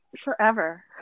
Forever